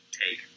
take